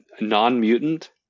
non-mutant